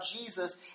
Jesus